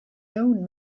own